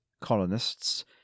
colonists